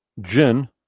Jin